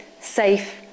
safe